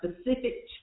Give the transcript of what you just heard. specific